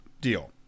deal